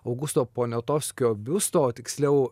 augusto poniatovskio biusto tiksliau